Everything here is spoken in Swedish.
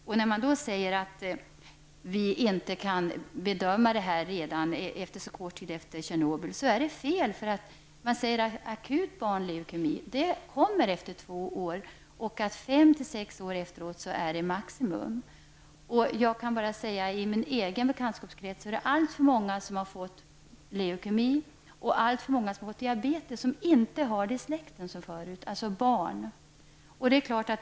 Det är felaktigt att säga att vi inte kan göra några bedömningar så kort tid efter Tjernobylolyckan. Akut barnleukemi kommer efter två år, och efter fem till sex år uppnås maximum. I min egen bekantskapskrets är det alltför många som har fått leukemi och även alltför många som har fått diabetes. Det gäller alltså barn, och sjukdomen har inte funnits i släkten tidigare.